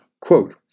Quote